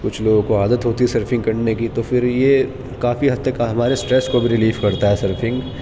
کچھ لوگوں کو عادت ہوتی ہے سرفنگ کرنے کی تو پھر یہ کافی حد تک ہمارے اسٹرس کو بھی ریلیف کرتا ہے سرفنگ